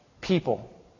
people